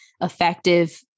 effective